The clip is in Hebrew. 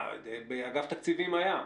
אגף התקציבים היה.